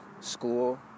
school